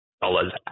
dollars